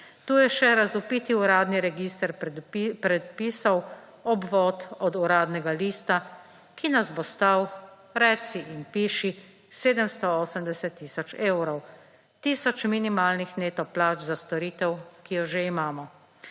Tu je še razvpiti uradni register predpisov obvod od Uradnega lista, ki nas bo stal reci in piši 780 tisoč evrov. Tisoč minimalni neto plač za storitev, ki jo že imamo.